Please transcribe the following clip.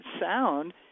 sound